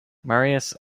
marius